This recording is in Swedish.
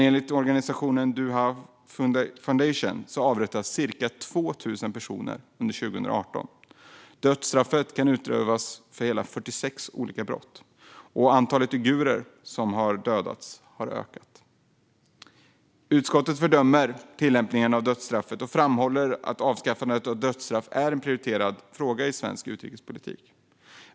Enligt organisationen Dui Hua Foundation avrättades ca 2 000 personer under 2018, och dödsstraff kan utdömas för 46 olika brott. Vidare har antalet uigurer som avrättas ökat. Utskottet fördömer tillämpningen av dödsstraff och framhåller att avskaffandet av dödsstraff är en prioriterad fråga i svensk utrikespolitik.